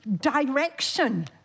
direction